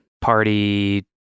party